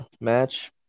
match